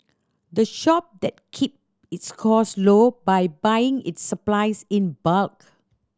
the shop that keep its cost low by buying its supplies in bulk